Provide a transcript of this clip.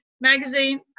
magazine